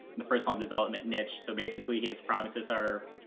the personal development niche. so basically his promises are.